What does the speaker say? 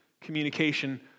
communication